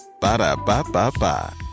Ba-da-ba-ba-ba